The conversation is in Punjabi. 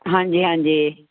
ਹਾਂਜੀ ਹਾਂਜੀ